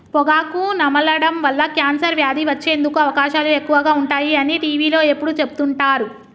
పొగాకు నమలడం వల్ల కాన్సర్ వ్యాధి వచ్చేందుకు అవకాశాలు ఎక్కువగా ఉంటాయి అని టీవీలో ఎప్పుడు చెపుతుంటారు